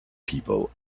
people